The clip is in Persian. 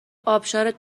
آبشارت